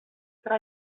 tra